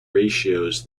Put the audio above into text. ratios